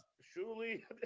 surely